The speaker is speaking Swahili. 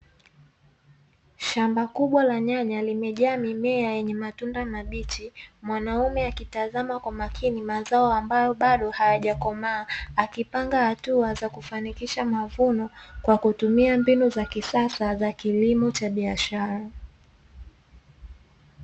Shamba kubwa ya nyaya limejaa mimea yenye matunda mabichi. Mwanaume akitazama kwa makini mazao ambayo bado hayajakomaa, akipanga hatua za kufanikisha mavuno kwa kutumia mbinu za kisasa za kilimo cha biashara.